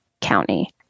county